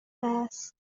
است